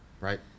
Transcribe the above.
right